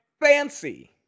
Fancy